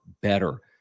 better